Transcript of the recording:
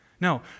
No